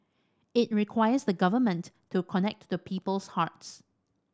it requires the Government to connect to people's hearts